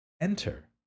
Enter